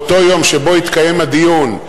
באותו יום שבו התקיים הדיון,